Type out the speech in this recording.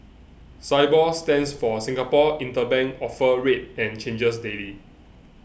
Sibor stands for Singapore Interbank Offer Rate and changes daily